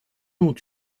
ont